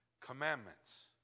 commandments